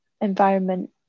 environment